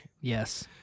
Yes